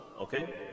okay